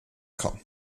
kommen